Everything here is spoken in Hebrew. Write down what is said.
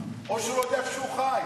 או שהוא לא יודע איפה הוא חי.